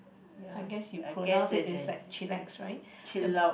I guess you pronounce it is like chillax right the